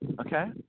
Okay